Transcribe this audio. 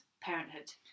parenthood